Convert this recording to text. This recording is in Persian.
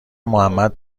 محمد